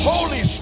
Holy